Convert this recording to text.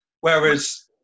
whereas